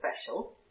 special